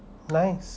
nice